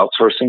outsourcing